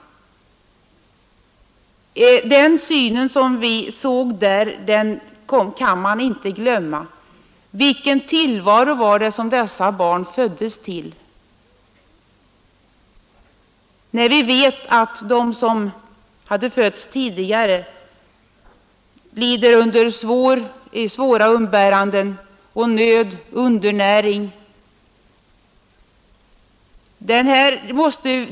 Den syn som man såg där, den kan man inte glömma. Vilken tillvaro var det som dessa barn föddes till? Vi vet att de som har fötts tidigare lider av undernäring, lever i nöd och svåra umbäranden.